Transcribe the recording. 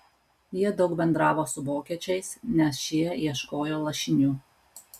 jie daug bendravo su vokiečiais nes šie ieškojo lašinių